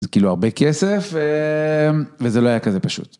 זה כאילו הרבה כסף, וזה לא היה כזה פשוט.